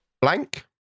Blank